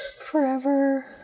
Forever